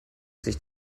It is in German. sich